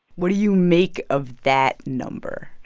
what do you make of that number?